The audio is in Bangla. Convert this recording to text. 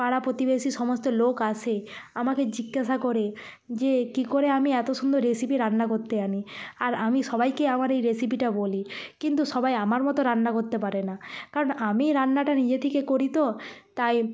পাড়া প্রতিবেশী সমস্ত লোক আসে আমাকে জিজ্ঞাসা করে যে কী করে আমি এত সুন্দর রেসিপি রান্না করতে জানি আর আমি সবাইকে আমার এই রেসিপিটা বলি কিন্তু সবাই আমার মতো রান্না করতে পারে না কারণ আমি রান্নাটা নিজে থেকে করি তো তাই